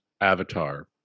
avatar